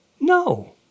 No